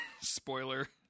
spoiler